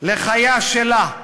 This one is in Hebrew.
לחייה שלה,